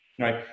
right